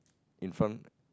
in front